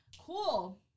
cool